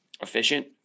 efficient